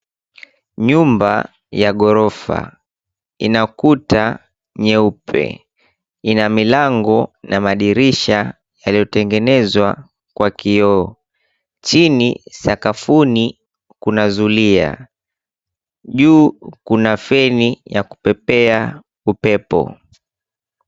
Nyumba ya ghorofa, ina kuta nyeupe. Ina milango na madirisha yaliyotengenezwa kwa kioo. Chini sakafuni, kuna zulia. Juu kuna feni ya kupepea upepo.